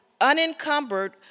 unencumbered